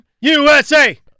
USA